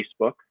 Facebook